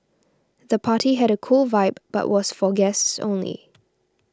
the party had a cool vibe but was for guests only